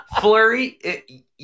Flurry